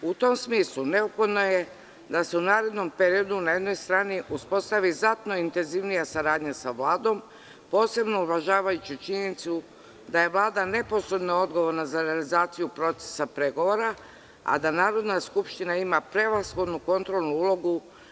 U tom smislu, neophodno je da se u narednom periodu na jednoj strani uspostavi znatno intenzivnija saradnja sa Vladom, posebnouvažavajući činjenicu da je Vlada neposredno odgovorna za realizaciju procesa pregovora, a da Narodna skupština ima prevashodnu kontrolnu ulogu.